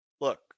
Look